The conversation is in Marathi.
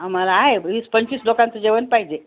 आम्हाला आहे वी पंचवीस लोकांचं जेवण पाहिजे